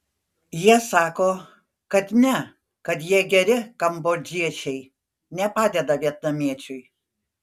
jie sako kad ne kad jie geri kambodžiečiai nepadeda vietnamiečiui